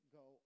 go